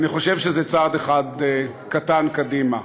אני חושב שזה צעד אחד קטן קדימה,